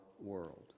world